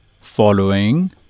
following